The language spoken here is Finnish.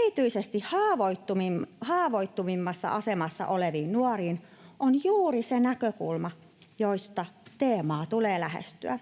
erityisesti haavoittuvimmassa asemassa oleviin nuoriin on juuri se näkökulma, josta teemaa tulee lähestyä.